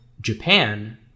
Japan